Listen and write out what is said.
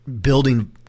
building